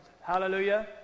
Hallelujah